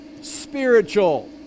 spiritual